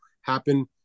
happen